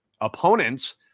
Opponents